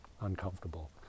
uncomfortable